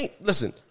listen